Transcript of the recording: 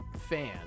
fan